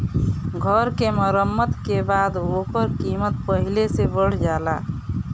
घर के मरम्मत के बाद ओकर कीमत पहिले से बढ़ जाला